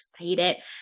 excited